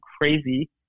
crazy